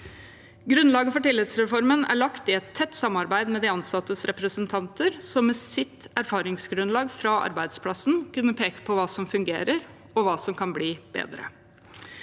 Grunnlaget for tillitsreformen er lagt i et tett samarbeid med de ansattes representanter, som med sitt erfaringsgrunnlag fra arbeidsplassen kunne peke på hva som fungerer, og hva som kan bli bedre.